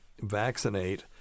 vaccinate